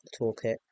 toolkit